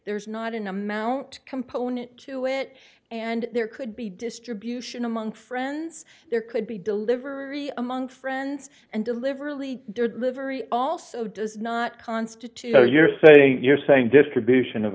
there's not an amount component to it and there could be distribution among friends there could be delivery among friends and deliberately livery also does not constitute so you're saying you're saying distribution of